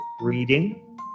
reading